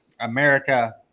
America